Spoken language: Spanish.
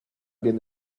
bien